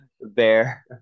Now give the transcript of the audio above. bear